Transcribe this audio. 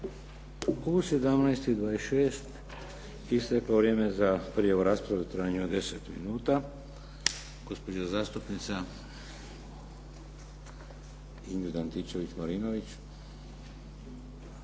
U 17,26 isteklo je vrijeme za prijavu u raspravu u trajanju od 10 minuta. Gospođa zastupnica Ingrid Antičević-Marinović.